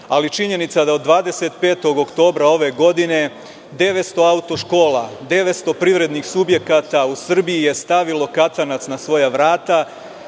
ali činjenica da od 25. oktobra ove godine 900 auto škola, 900 privrednih subjekata u Srbiji je stavilo katanac na svoja vrata,